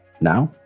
Now